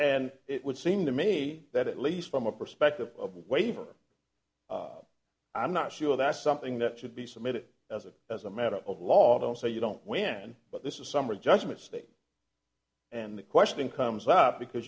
and it would seem to me that at least from a perspective of a waiver i'm not sure that's something that should be submitted as a as a matter of law though so you don't win but this is a summary judgment state and the question comes up because